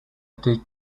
did